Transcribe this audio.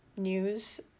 news